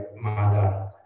mother